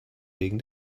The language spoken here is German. wegen